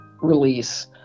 release